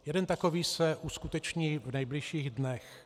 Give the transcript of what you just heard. Jeden takový se uskuteční v nejbližších dnech.